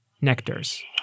Nectar's